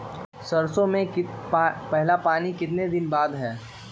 सरसों में पहला पानी कितने दिन बाद है?